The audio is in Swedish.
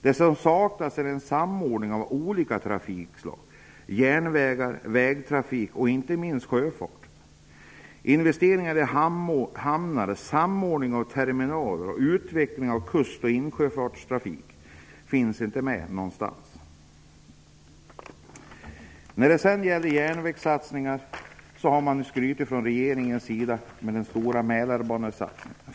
Vad som saknas är en samordning av olika trafikslag -- järnvägar, vägtrafik och, inte minst, sjöfart. Investeringar i hamnar, samordning av terminaler och utveckling av kust och insjöfartstrafik finns inte heller med någonstans. När det sedan gäller järnvägssatsningar har man från regeringens sida skrutit med den stora Mälarbanesatsningen.